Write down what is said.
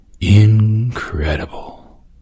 Incredible